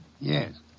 Yes